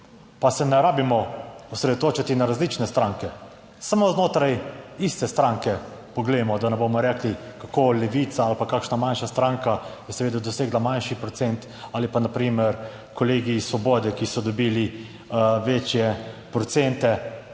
Pa se ne rabimo osredotočiti na različne stranke. Samo znotraj iste stranke poglejmo, da ne bomo rekli, kako Levica ali pa kakšna manjša stranka je seveda dosegla manjši procent ali pa na primer kolegi iz Svobode, ki so dobili večje procente.